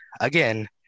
again